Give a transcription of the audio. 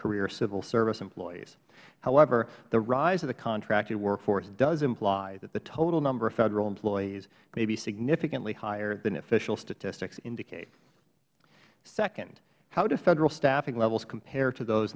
career civil service employees however the rise of the contracting workforce does imply that the total number of federal employees may be significantly higher than official statistics indicate second how do federal staffing levels compare to those